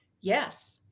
Yes